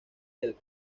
del